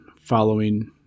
following